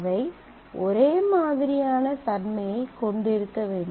அவை ஒரே மாதிரியான தன்மையைக் கொண்டிருக்க வேண்டும்